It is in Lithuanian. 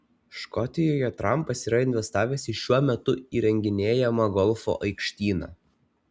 škotijoje trampas yra investavęs į šiuo metu įrenginėjamą golfo aikštyną